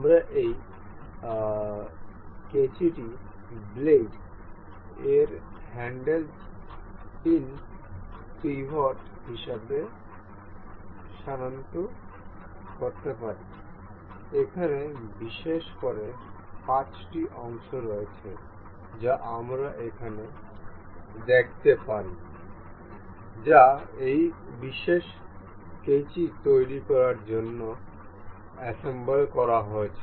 আমরা এই কাঁচিটি ব্লেড এর হ্যান্ডেল পিন পিভট হিসাবে সনাক্ত করতে পারি এখানে বিশেষ করে 5 টি অংশ রয়েছে যা আমরা এখানে দেখতে পারি যা এই বিশেষ কাঁচি তৈরি করার জন্য অ্যাসেম্বল করা হয়েছে